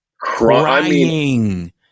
crying